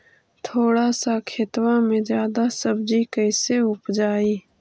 थोड़ा सा खेतबा में जादा सब्ज़ी कैसे उपजाई?